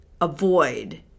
avoid